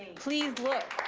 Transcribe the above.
please look!